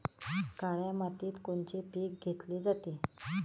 काळ्या मातीत कोनचे पिकं घेतले जाते?